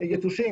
יתושים